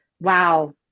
wow